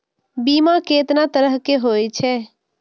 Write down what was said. बीमा केतना तरह के हाई छै?